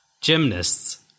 gymnasts